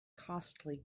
costly